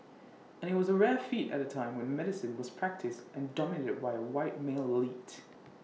and IT was A rare feat at A time when medicine was practised and dominated by A white male elite